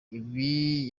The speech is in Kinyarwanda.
ibi